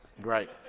Right